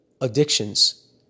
addictions